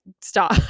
stop